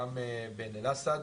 וגם בעין אל-אסד.